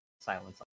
Silence